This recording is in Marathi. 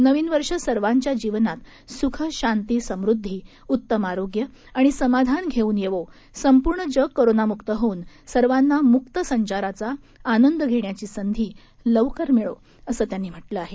नवीनवर्षसर्वांच्याजीवनातसुख शांती समृद्धी उत्तमआरोग्य आणिसमाधानघेऊनयेवो संपूर्णजगकोरोनामुकहोऊनसर्वांनामुक्तसंचाराचाआनंदघेण्याचीसंधीलवकरमिळो असंत्यांनीम्हटलंआहे